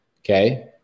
Okay